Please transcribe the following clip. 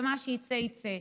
ומה שיצא יצא.